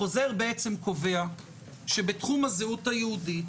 החוזר קובע שבתחום הזהות היהודית,